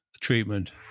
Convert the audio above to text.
treatment